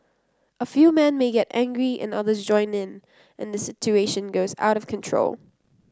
a few men may get angry and others join in and the situation goes out of control